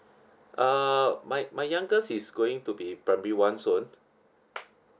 uh my my youngest is going to be primary one soon